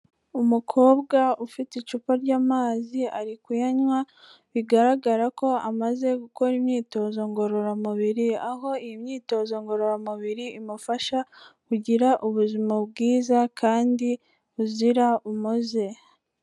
Umukobwa ufite icupa ry'amazi ari kuyanywa, bigaragara ko amaze gukora imyitozo ngororamubiri, aho iyi myitozo ngororamubiri imufasha kugira ubuzima bwiza, kandi buzira umuze.